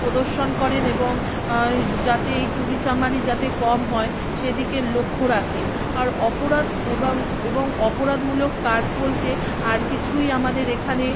প্রদর্শন করেন এবং যাতে এই চুরিচামারি যাতে কম হয় সেদিকে লক্ষ্য রাখেন আর অপরাধ এবাং অ এবং অপরাধমূলক কাজ বলতে আর কিছুই আমাদের এখানে